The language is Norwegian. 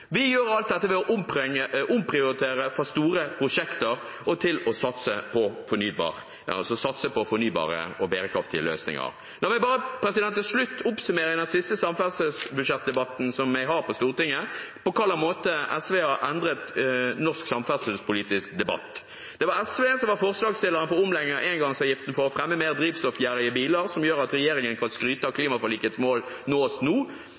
Vi gjør alt dette ved å omprioritere fra store prosjekter og satse på fornybare og bærekraftige løsninger. La meg til slutt oppsummere, i den siste samferdselsbudsjettdebatten jeg har på Stortinget, på hvilke måter SV har endret norsk samferdselspolitisk debatt. Det var SV som var forslagsstiller for omlegging av engangsavgiften for å fremme mer drivstoffgjerrige biler, som gjør at regjeringen kan skryte av at klimaforlikets mål nås nå.